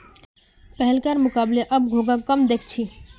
पहलकार मुकबले अब घोंघा कम दख छि